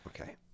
okay